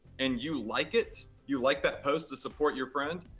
and you like it, you like that post to support your friend,